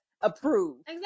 approved